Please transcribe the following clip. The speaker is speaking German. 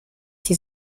die